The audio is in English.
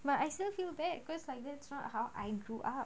but I still feel bad cause like that's not how I grew up